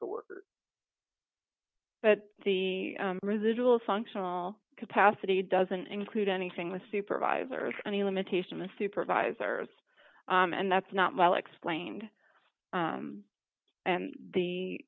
coworkers but the residual functional capacity doesn't include anything with supervisors any limitation the supervisors and that's not well explained and the